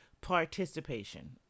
participation